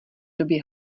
době